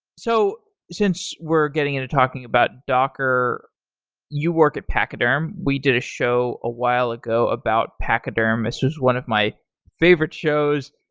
so since we're getting into talking about docker you work at pachyderm. we did a show a while ago about pachyderm. this is one of my favorite shows,